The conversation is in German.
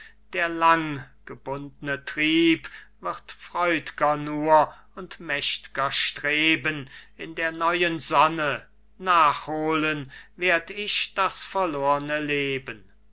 der langgebundne trieb wird freud'ger nur und mächt'ger streben in der neuen sonne nachholen werd ich das verlorne leben